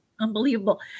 unbelievable